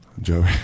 Joey